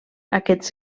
aquests